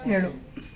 ಏಳು